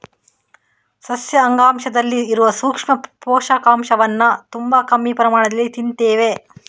ಸಸ್ಯ ಅಂಗಾಂಶದಲ್ಲಿ ಇರುವ ಸೂಕ್ಷ್ಮ ಪೋಷಕಾಂಶವನ್ನ ತುಂಬಾ ಕಮ್ಮಿ ಪ್ರಮಾಣದಲ್ಲಿ ತಿಂತೇವೆ